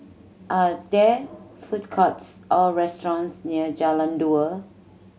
are there food courts or restaurants near Jalan Dua